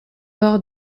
bord